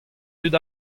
dud